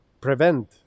prevent